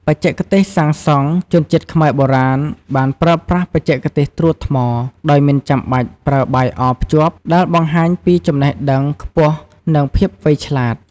បច្ចេកទេសសាងសង់ ជនជាតិខ្មែរបុរាណបានប្រើប្រាស់បច្ចេកទេសត្រួតថ្ម ដោយមិនចាំបាច់ប្រើបាយអភ្ជាប់ ដែលបង្ហាញពីចំណេះដឹងខ្ពស់និងភាពវៃឆ្លាត។